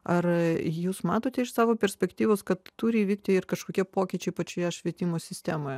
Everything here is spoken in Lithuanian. ar jūs matote iš savo perspektyvos kad turi įvykti ir kažkokie pokyčiai pačioje švietimo sistemoje